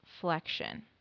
flexion